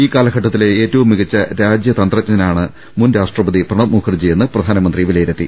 ഈ കാലഘട്ടത്തിലെ ഏറ്റവും മികച്ച രാജ്യതന്ത്രജ്ഞനാണ് മുൻരാഷ്ട്രപതി പ്രണബ് മുഖർജിയെന്ന് പ്രധാനമന്ത്രി വിലയിരുത്തി